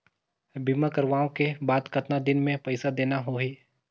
बीमा करवाओ के बाद कतना दिन मे पइसा देना हो ही?